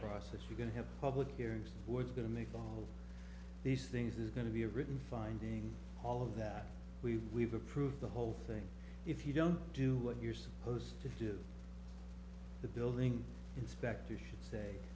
process you're going to have public hearings board's going to make all these things is going to be written finding all of that we've we've approved the whole thing if you don't do what you're supposed to do the building inspector should say